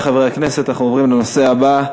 חברי חברי הכנסת, אנחנו עוברים לנושא הבא: